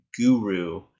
guru